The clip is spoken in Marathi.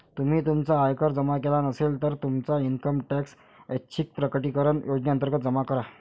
तुम्ही तुमचा आयकर जमा केला नसेल, तर तुमचा इन्कम टॅक्स ऐच्छिक प्रकटीकरण योजनेअंतर्गत जमा करा